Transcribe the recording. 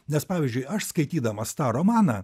nes pavyzdžiui aš skaitydamas tą romaną